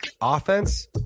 offense